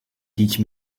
teach